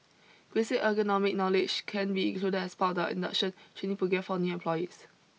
basic ergonomics knowledge can be included as part of the induction training programme for new employees